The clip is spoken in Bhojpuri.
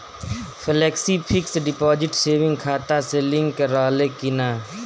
फेलेक्सी फिक्स डिपाँजिट सेविंग खाता से लिंक रहले कि ना?